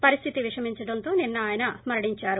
పరిస్దితి విషమించడంతో నిన్స ఆయన మరణించారు